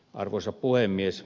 arvoisa puhemies